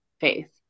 faith